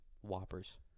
Whoppers